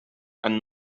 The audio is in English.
and